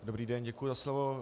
Dobrý den, děkuji za slovo.